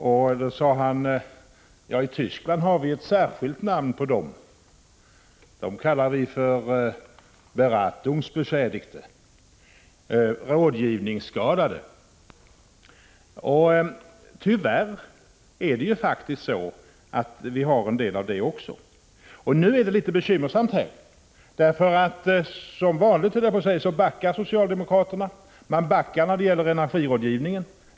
Han sade att man i Västtyskland har ett särskilt namn på dem, nämligen ”Beratungsbeschädigte”, rådgivningsskadade. Tyvärr finns en del av det även här. Detta är litet bekymmersamt, därför att socialdemokraterna backar, som vanligt, när det gäller energirådgivningen.